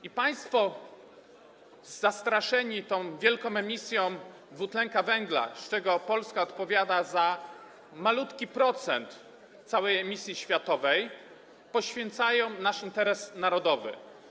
I państwo zastraszeni tą wielką emisją dwutlenku węgla, z czego Polska odpowiada za malutki procent całej emisji światowej, poświęcają nasz interes narodowy.